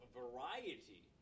variety